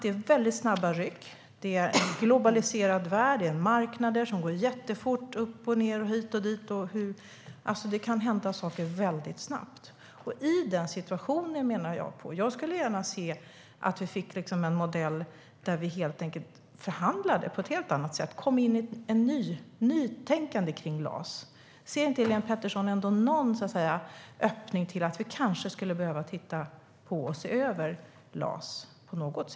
Det är snabba ryck, det är en globaliserad värld och det är marknader som går jättefort upp och ned och hit och dit. Det kan hända saker väldigt snabbt. Därför skulle jag gärna se att vi fick en modell där vi förhandlar på ett helt annat sätt och kom in i ett nytänkande kring LAS. Ser inte Helén Pettersson någon öppning för att se över LAS?